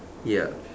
ya